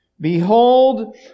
Behold